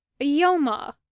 Yoma